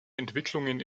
entwicklungen